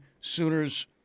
Sooners